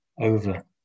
over